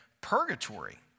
purgatory